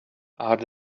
are